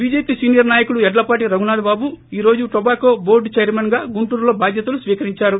BJP senior నాయకుడు యడ్లపాటి రఘునాథబాబు ఈ రోజు టొబాకో బోర్తు చైర్మన్గా గుంటూరులో బాధ్యతలు స్వీకరించారు